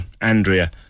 Andrea